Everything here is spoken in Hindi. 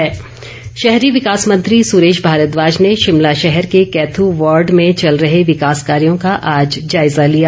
विकास कार्य शहरी विकास मंत्री सुरेश भारद्वाज ने शिमला शहर के कैथ् वार्ड में चल रहे विकास कार्यो का आज जायज़ा लिया